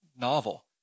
novel